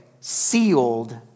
sealed